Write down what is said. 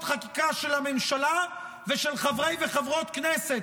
חקיקה של הממשלה ושל חברי וחברות הכנסת,